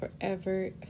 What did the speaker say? forever